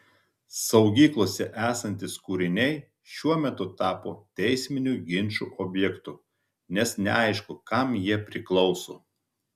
saugyklose esantys kūriniai šiuo metu tapo teisminių ginčų objektu nes neaišku kam jie priklauso